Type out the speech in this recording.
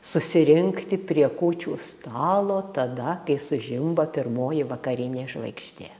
susirinkti prie kūčių stalo tada kai sužimba pirmoji vakarinė žvaigždė